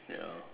ya